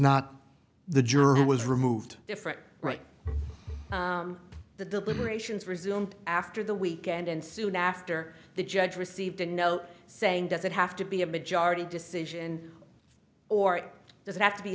not the juror who was removed different right the deliberations resumed after the weekend and soon after the judge received a note saying does it have to be a majority decision or does it have to be